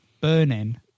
burning